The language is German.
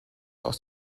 aus